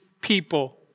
people